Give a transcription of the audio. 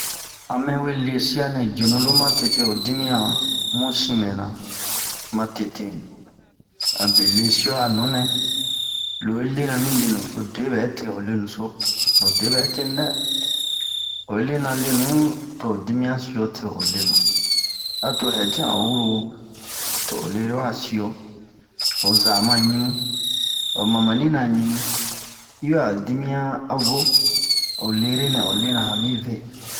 A mɛ we lesiya nɛ jenu lo ma tete ho dimiyan mu sin mɛna ma tete abe mesiyo a nunɛ lo yi lena mi lenu lo de bɛ te ni lenu so lo de bɛ te ni lenu so dɛ oyi lena lenu to ho dimiyan siyo te o lenu a to hɛtian o huru to o lere wa siyo o za ma ɲimu o mamani na ɲimu yi bɛ'a ho dimiyan a vo o lere nɛ o lena han mi ve